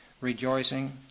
rejoicing